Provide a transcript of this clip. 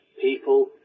People